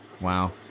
Wow